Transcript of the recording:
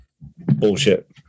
Bullshit